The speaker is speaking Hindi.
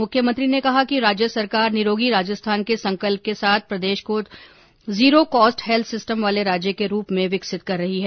मुख्यमंत्री ने कहा कि राज्य सरकार निरोगी राजस्थान के संकल्प के साथ प्रदेश को जीरो कॉस्ट हैल्थ सिस्टम वाले राज्य के रूप में विकसित कर रही है